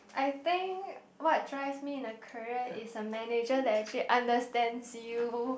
I think what drives me in a career is a manager that actually understands you